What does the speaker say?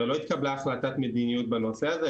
הרי לא התקבלה החלטת מדיניות בנושא הזה,